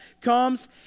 comes